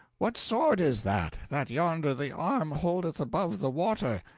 what sword is that, that yonder the arm holdeth above the water?